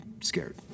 scared